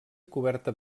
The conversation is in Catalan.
coberta